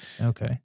Okay